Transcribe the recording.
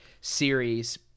series